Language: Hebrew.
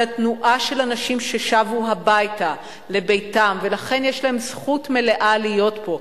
אלא תנועה של אנשים ששבו הביתה לביתם ולכן יש להם זכות מלאה להיות פה.